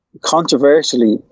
controversially